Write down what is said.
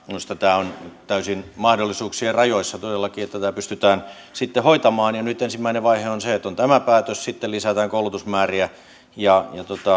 minusta tämä on täysin mahdollisuuksien rajoissa todellakin että tämä pystytään sitten hoitamaan nyt ensimmäinen vaihe on se että on tämä päätös sitten lisätään koulutusmääriä ja